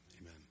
Amen